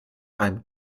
einem